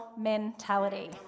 mentality